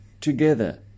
together